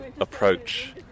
approach